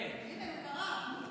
אם תחכי זה לא יקרה.